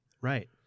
Right